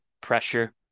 pressure